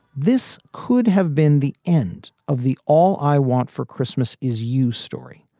this could have been the end of the. all i want for christmas is you story.